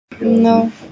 No